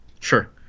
Sure